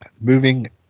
moving